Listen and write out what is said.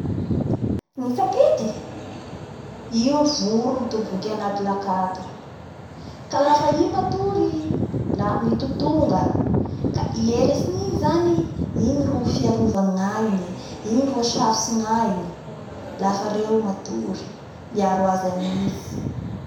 Ny kapity io voro mitoboky anaty lakato, ka lafa i matory da mitotonga ka i eatsiny igny zany igny ro fiarovany ny gnainy, igny ro atysafotsy gnainy afa reo matory, miaro azy amin'ny nintsy.